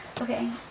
Okay